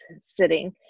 sitting